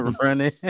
running